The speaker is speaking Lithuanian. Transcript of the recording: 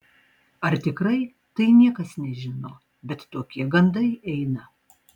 ar tikrai tai niekas nežino bet tokie gandai eina